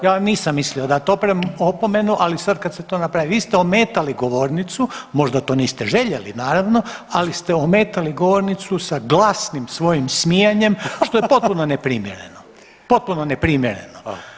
Ja vam nisam mislio dati opomenu, ali sad kad ste vi to napravili, vi ste ometali govornicu, možda to niste željeli naravno, ali ste ometali govornicu sa glasnim svojim smijanjem što je potpuno neprimjereno, potpuno neprimjereno.